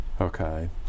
Okay